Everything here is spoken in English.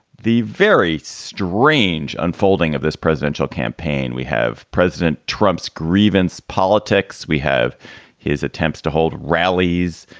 the very strange unfolding of this presidential campaign, we have president trump's grievance politics. we have his attempts to hold rallies.